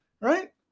Right